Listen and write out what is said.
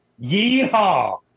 Yeehaw